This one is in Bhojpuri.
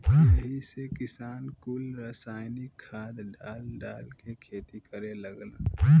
यही से किसान कुल रासायनिक खाद डाल डाल के खेती करे लगलन